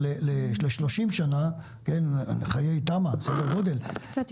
אבל חיי תמ"א הם בסדר גודל של 30 שנה --- קצת יותר.